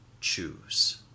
choose